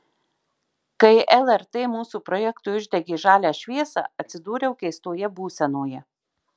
kai lrt mūsų projektui uždegė žalią šviesą atsidūriau keistoje būsenoje